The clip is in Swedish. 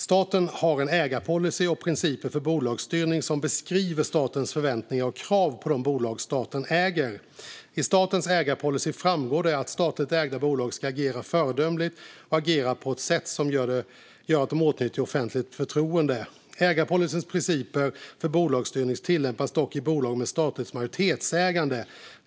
Staten har en ägarpolicy och principer för bolagsstyrning som beskriver statens förväntningar och krav på de bolag staten äger. I statens ägarpolicy framgår det att statligt ägda bolag ska agera föredömligt och agera på ett sätt som gör att de åtnjuter offentligt förtroende. Ägarpolicyns principer för bolagsstyrning tillämpas dock i bolag med statligt majoritetsägande.